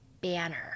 banner